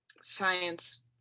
science